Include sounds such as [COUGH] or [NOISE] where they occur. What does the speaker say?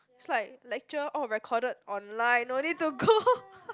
is like lecture all recorded online no need to go [LAUGHS]